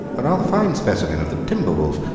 a rather fine specimen of the timber-wolf.